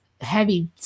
heavy